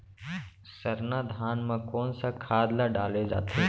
सरना धान म कोन सा खाद ला डाले जाथे?